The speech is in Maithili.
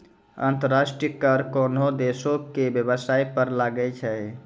अंतर्राष्ट्रीय कर कोनोह देसो के बेबसाय पर लागै छै